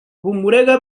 bumurega